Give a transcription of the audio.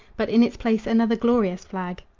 but in its place another glorious flag,